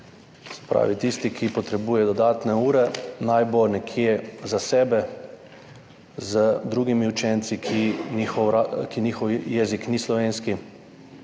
pravi, tisti, ki potrebuje dodatne ure, naj bo nekje za sebe, z drugimi učenci, katerih jezik ni slovenski